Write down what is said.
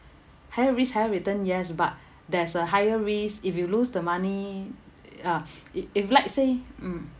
higher risk higher return yes but there's a higher risk if you lose the money uh if if let's say mm